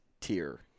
tier